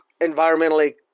environmentally